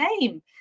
name